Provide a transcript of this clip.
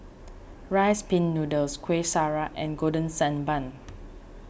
Rice Pin Noodles Kueh Syara and Golden Sand Bun